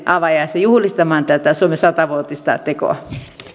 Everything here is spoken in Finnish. avajaisiin juhlistamaan tätä suomen satavuotista tekoa